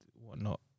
whatnot